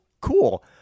Cool